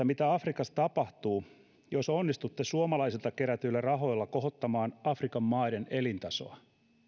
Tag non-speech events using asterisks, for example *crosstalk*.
*unintelligible* mitä afrikassa tapahtuu jos onnistutte suomalaisilta kerätyillä rahoilla kohottamaan afrikan maiden elintasoa